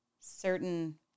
certain